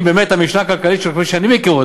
אם באמת המשנה הכלכלית שאני מכיר,